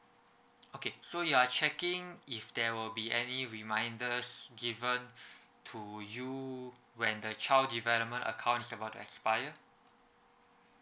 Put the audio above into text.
okay so you are checking if there will be any reminders given to you when the child development account is about to expired